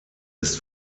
ist